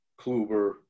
Kluber